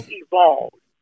evolved